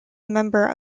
member